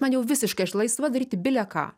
man jau visiškai aš laisva daryti bile ką